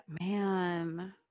man